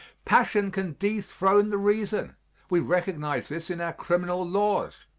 passion can dethrone the reason we recognize this in our criminal laws.